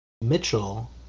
Mitchell